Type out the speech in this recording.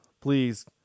Please